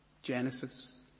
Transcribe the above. Genesis